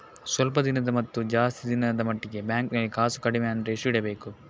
ಸ್ವಲ್ಪ ದಿನದ ಮತ್ತು ಜಾಸ್ತಿ ದಿನದ ಮಟ್ಟಿಗೆ ಬ್ಯಾಂಕ್ ನಲ್ಲಿ ಕಾಸು ಕಡಿಮೆ ಅಂದ್ರೆ ಎಷ್ಟು ಇಡಬೇಕು?